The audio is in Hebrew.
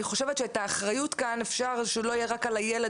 חושבת שאת האחריות כאן אפשר שלא תהיה רק על הילד